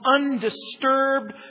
undisturbed